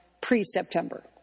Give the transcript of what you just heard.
pre-September